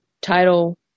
title